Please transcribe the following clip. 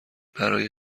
برای